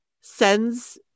sends